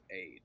aid